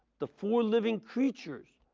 the four living creatures,